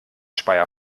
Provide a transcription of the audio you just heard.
speyer